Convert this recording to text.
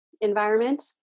environment